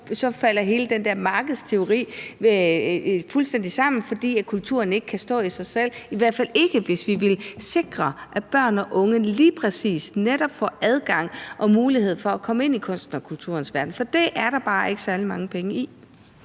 så falder hele den der markedsteori fuldstændig sammen, fordi kulturen ikke kan stå af sig selv, i hvert fald ikke, hvis vi vil sikre, at børn og unge netop får adgang til og mulighed for at komme ind i kunstens og kulturens verden. For det er der bare ikke særlig mange penge i.